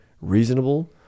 reasonable